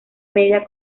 media